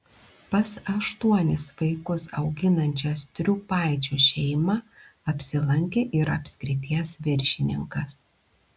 pas aštuonis vaikus auginančią striupaičių šeimą apsilankė ir apskrities viršininkas